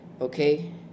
Okay